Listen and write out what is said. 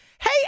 Hey